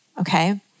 okay